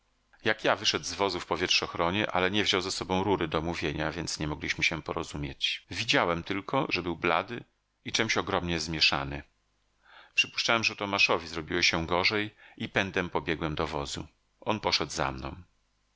jak ja wyszedł z wozu w powietrzochronie ale nie wziął ze sobą rury do mówienia więc nie mogliśmy się porozumieć widziałem tylko że był blady i czemś ogromnie zmieszany przypuszczałem że tomaszowi zrobiło się gorzej i pędem pobiegłem do wozu on poszedł za mną